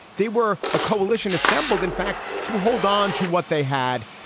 they were a coalition assembled, in fact, to hold on to what they had.